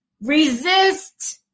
Resist